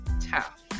tough